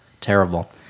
Terrible